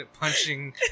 punching